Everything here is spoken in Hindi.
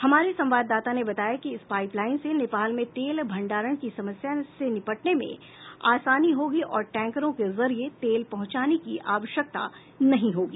हमारे संवाददाता ने बताया है कि इस पाइपलाइन से नेपाल में तेल भंडारण की समस्या से निपटने में आसानी होगी और टैंकरों के जरिए तेल पहुंचाने की आवश्यकता नहीं होगी